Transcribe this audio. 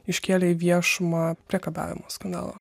iškėlė į viešumą priekabiavimo skandalą